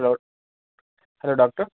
hello hello doctor